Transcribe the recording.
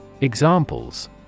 Examples